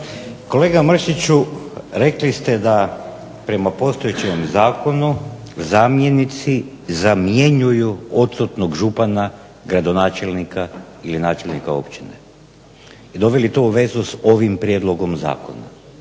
Kolega Mršiću, rekli ste da prema postojećem zakonu zamjenici zamjenjuju odsutnog župana, gradonačelnika ili načelnika općine i doveli to u vezu sa ovim prijedlogom zakona.